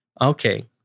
Okay